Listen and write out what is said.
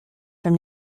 from